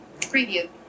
Preview